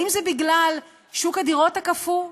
האם זה בגלל שוק הדירות הקפוא,